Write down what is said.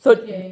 okay